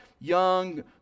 young